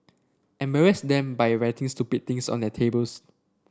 embarrass them by writing stupid things on their tables